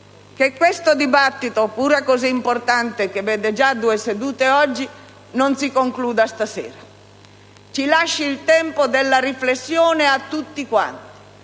che questo dibattito pure così importante, cui sono dedicate oggi due sedute, non si concluda stasera. Ci lasci il tempo della riflessione a tutti quanti